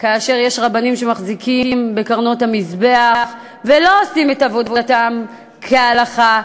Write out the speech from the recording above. כאשר יש רבנים שמחזיקים בקרנות המזבח ולא עושים את עבודתם כהלכה.